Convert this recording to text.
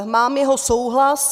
Mám jeho souhlas.